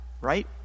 right